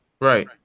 Right